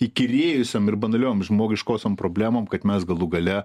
įkyrėjusiom ir banaliom žmogiškosiom problemom kad mes galų gale